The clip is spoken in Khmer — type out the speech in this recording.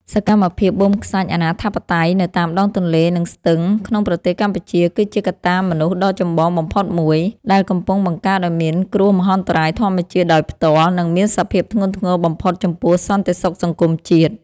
សកម្មភាពបូមខ្សាច់អនាធិបតេយ្យនៅតាមដងទន្លេ និងស្ទឹងក្នុងប្រទេសកម្ពុជា គឺជាកត្តាមនុស្សដ៏ចម្បងបំផុតមួយ ដែលកំពុងបង្កើតឱ្យមានគ្រោះមហន្តរាយធម្មជាតិដោយផ្ទាល់ និងមានសភាពធ្ងន់ធ្ងរបំផុតចំពោះសន្តិសុខសង្គមជាតិ។